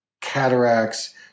cataracts